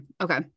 Okay